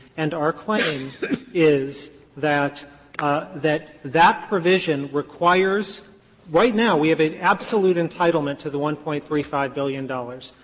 and our claim is that ah that that provision requires right now we have an absolute entitlement to the one point three five billion dollars.